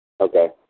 Okay